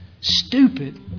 Stupid